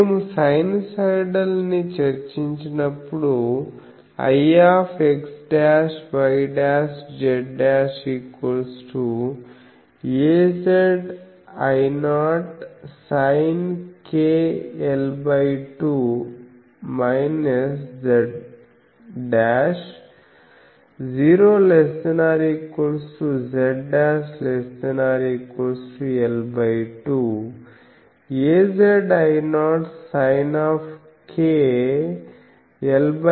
మేము సైనుసోయిడాల్ ని చర్చించినప్పుడు Ix'y'z' azI0sinkl2 z'0≤z'≤l2 azI0sinkl2z' l2≤z'≤0